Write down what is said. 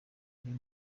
uyu